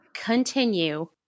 continue